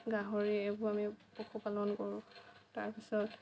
গাহৰি এইবোৰ আমি পশু পালন কৰোঁ তাৰপিছত